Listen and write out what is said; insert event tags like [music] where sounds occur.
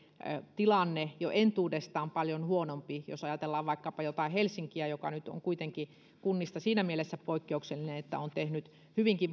tilanne jo entuudestaan paljon huonompi kuin jos ajatellaan vaikkapa jotain helsinkiä joka nyt on kuitenkin kunnista siinä mielessä poikkeuksellinen että on tehnyt hyvinkin [unintelligible]